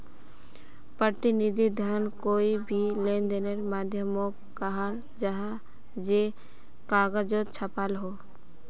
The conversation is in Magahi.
प्रतिनिधि धन कोए भी लेंदेनेर माध्यामोक कहाल जाहा जे कगजोत छापाल हो